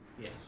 Yes